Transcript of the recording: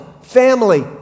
family